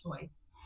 choice